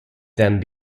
then